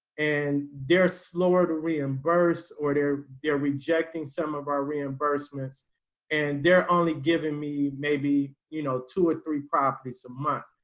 and they're slower to reimburse, or they're, they're rejecting some of our reimbursements and they're only given me maybe, you know, two or three properties a month.